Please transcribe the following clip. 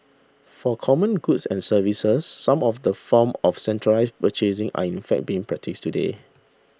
for common goods and services some of the form of centralised purchasing are in fact being practised today